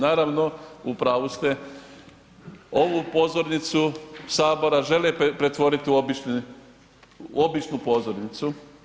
Naravno, u pravu ste, ovu pozornicu Sabora žele pretvoriti u običnu pozornicu.